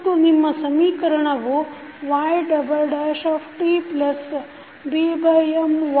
ಮತ್ತು ನಿಮ್ಮ ಸಮೀಕರಣವು ytBMytKMyt1Mft